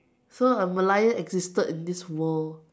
so a Merlion existed in this world